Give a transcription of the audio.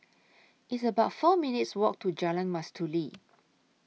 It's about four minutes' Walk to Jalan Mastuli